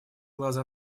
глаза